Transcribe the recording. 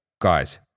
Guys